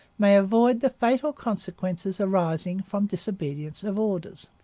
may avoid the fatal consequences arising from disobedience of orders